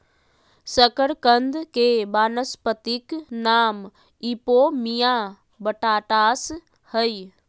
शकरकंद के वानस्पतिक नाम इपोमिया बटाटास हइ